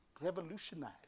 revolutionize